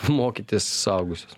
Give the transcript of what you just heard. mokytis suaugusius